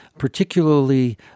particularly